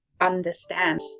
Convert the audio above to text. understand